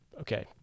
okay